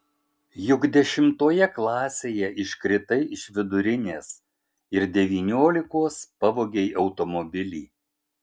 juk dešimtoje klasėje iškritai iš vidurinės ir devyniolikos pavogei automobilį